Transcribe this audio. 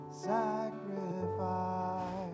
sacrifice